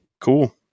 Cool